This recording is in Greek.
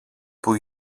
που